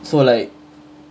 so like